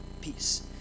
peace